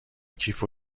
کیف